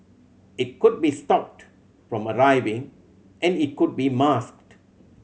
it could be stopped from arriving and it could be masked